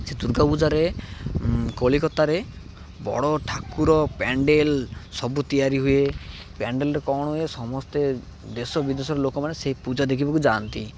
ସେ ଦୁର୍ଗା ପୂଜାରେ କଲିକତାରେ ବଡ଼ ଠାକୁର ପେଣ୍ଡାଲ ସବୁ ତିଆରି ହୁଏ ପେଣ୍ଡାଲରେ କ'ଣ ହୁଏ ସମସ୍ତେ ଦେଶ ବିଦେଶର ଲୋକମାନେ ସେଇ ପୂଜା ଦେଖିବାକୁ ଯାଆନ୍ତି